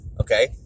okay